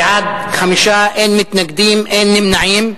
בעד, 5, אין מתנגדים, אין נמנעים.